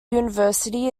university